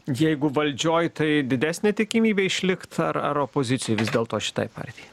jeigu valdžioj tai didesnė tikimybė išlikt ar ar opozicijoj vis dėlto šitai partijai